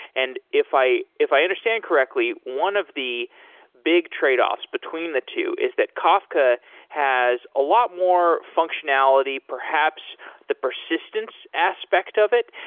and if i if i understand correctly, one of the big trade-offs between the two is that kafka has a lot more functionality, perhaps the persistence aspect of it,